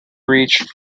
reached